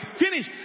Finish